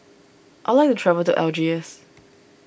I like travel to Algiers